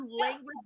language